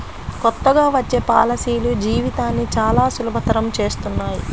కొత్తగా వచ్చే పాలసీలు జీవితాన్ని చానా సులభతరం చేస్తున్నాయి